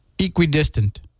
equidistant